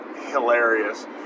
hilarious